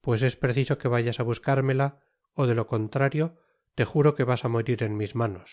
pues es preciso que vayas á buscármela ó de lo contrario te juro que vas á morir en mis manos